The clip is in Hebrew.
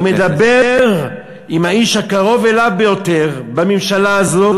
הוא מדבר עם האיש הקרוב אליו ביותר בממשלה הזו,